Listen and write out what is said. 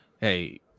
hey